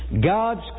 God's